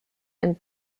and